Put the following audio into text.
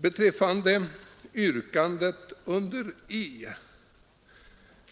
Beträffande yrkandet under E,